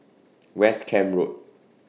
West Camp Road